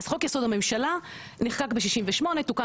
אז חוק יסוד הממשלה נחקק ב-1968 תוקן